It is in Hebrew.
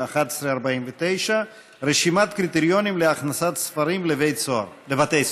מס' 1149: רשימת קריטריונים להכנסת ספרים לבתי סוהר.